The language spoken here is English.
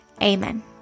Amen